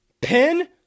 Pen